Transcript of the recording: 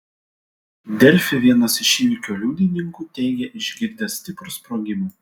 delfi vienas iš įvykio liudininkų teigė išgirdęs stiprų sprogimą